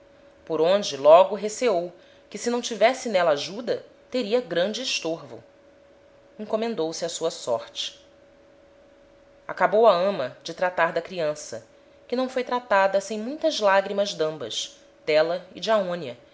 por onde logo receou que se não tivesse n'éla ajuda teria grande estorvo encomendou se á sua sorte acabou a ama de tratar da creança que não foi tratada sem muitas lagrimas d'ambas d'éla e de aonia